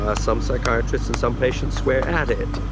ah some psychiatrists and some patients swear at it.